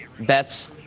bets